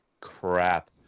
crap